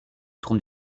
tourne